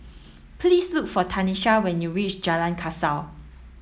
please look for Tanisha when you reach Jalan Kasau